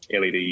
LED